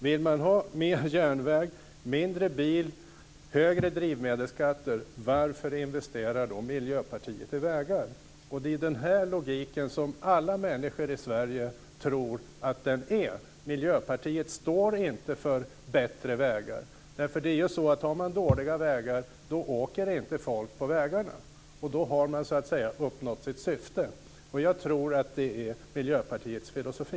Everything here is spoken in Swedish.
Vill man ha mer järnväg, mindre bil, högre drivmedelsskatter, varför investerar då Miljöpartiet i vägar? Det är den här logiken som alla människor i Sverige tror gäller. Miljöpartiet står inte för bättre vägar. Om man har dåliga vägar, åker inte folk på vägarna. Då har man så att säga uppnått sitt syfte. Jag tror att det är Miljöpartiets filosofi.